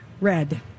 Red